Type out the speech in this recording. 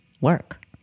work